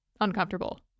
uncomfortable